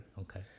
Okay